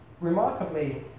remarkably